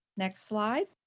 next slide.